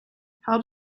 held